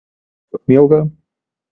darysi pachmielką